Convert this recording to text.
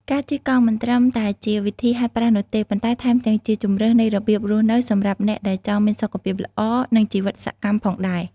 ការជិះកង់មិនត្រឹមតែជាវិធីហាត់ប្រាណនោះទេ ប៉ុន្តែថែមទាំងជាជម្រើសនៃរបៀបរស់នៅសម្រាប់អ្នកដែលចង់មានសុខភាពល្អ និងជីវិតសកម្មផងដែរ។